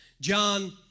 John